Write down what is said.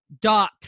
dot